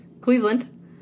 Cleveland